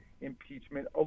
impeachment